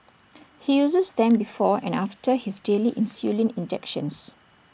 he uses them before and after his daily insulin injections